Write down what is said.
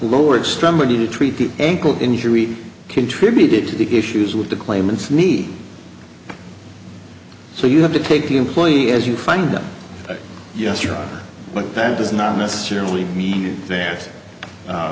lower extremity to treat the ankle injury contributed to the issues with the claimants need so you have to take the employee as you find them yes your honor but that does not necessarily mean th